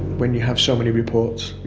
when you have so many reports, you